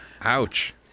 Ouch